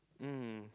mm